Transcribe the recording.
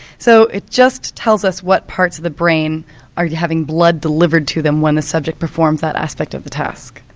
so it just tells us what parts of the brain are yeah having blood delivered to them when the subject performs that aspect of the task.